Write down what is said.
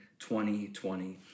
2020